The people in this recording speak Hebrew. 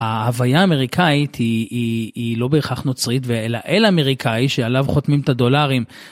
ההוויה האמריקאית היא לא בהכרח נוצרית, אלא אל-אמריקאי שעליו חותמים את הדולרים.